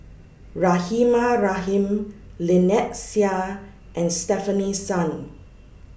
Rahimah Rahim Lynnette Seah and Stefanie Sun